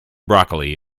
broccoli